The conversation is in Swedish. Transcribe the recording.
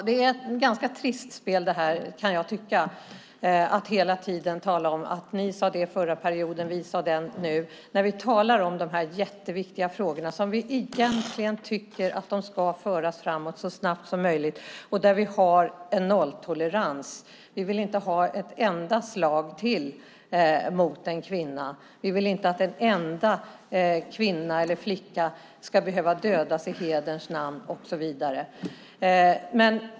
Herr talman! Jag tycker att det är ett ganska trist spel att hela tiden tala om att ni sade det under den förra perioden och att vi sade det nu. Vi talar ju om de här jätteviktiga frågorna som vi egentligen tycker ska föras framåt så snabbt som möjligt och där vi har en nolltolerans. Vi vill inte ha ett enda slag till mot en kvinna. Vi vill inte att en enda kvinna eller flicka ska behöva dödas i hederns namn och så vidare.